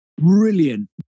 Brilliant